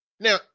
Now